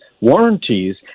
warranties